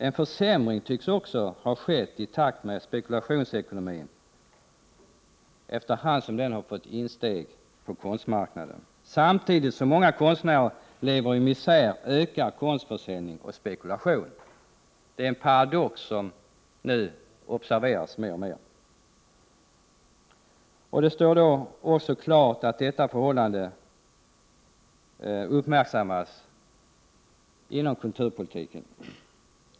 En försämring tycks också ha skett i takt med att spekulationsekonomin fått insteg på konstmarknaden. Samtidigt som många konstnärer lever i misär ökar konstförsäljning och spekulation. Detta förhållande är en paradox som uppmärksammas mer och mer inom kulturpolitiken.